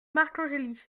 marcangeli